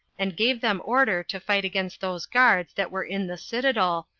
and gave them order to fight against those guards that were in the citadel,